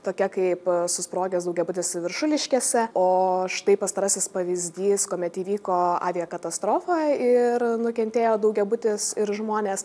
tokia kaip susprogęs daugiabutis viršuliškėse o štai pastarasis pavyzdys kuomet įvyko aviakatastrofa ir nukentėjo daugiabutis ir žmonės